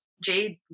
Jade